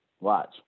Watch